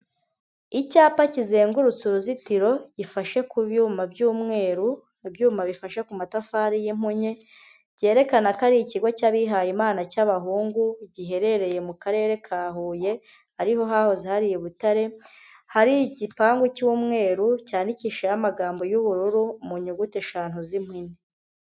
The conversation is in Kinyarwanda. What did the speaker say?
Icyapa kizengurutse uruzitiro, gifashe ku byuma by'umweru, ibyuma bifashe ku matafari y'impunyi. Byerekana ko ari ikigo cy'abihaye Imana cy'abahungu, giherereye mu karere ka Huye, ariho hahoze hariya i Butare. Hari igipangu cy'umweru, cyandikishijeho amagambo y'ubururu, mu nyuguti eshanu z'impine,